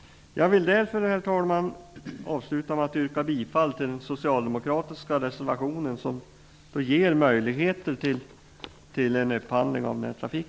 Jag vill därför avsluta med att yrka bifall till den socialdemokratiska reservationen. Då kan det ges möjligheter till upphandling av trafik.